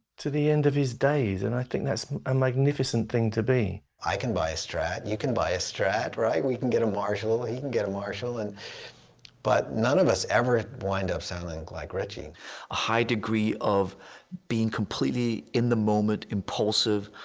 to the end of his days. and i think that's a magnificent thing to be. i can buy a strat, you can buy a strat, right? we can get a marshall, he can get a marshall. and but, none of us ever wind up sounding like ritchie. a high degree of being completely in the moment, impulsive,